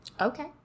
Okay